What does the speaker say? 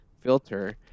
filter